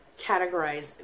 categorize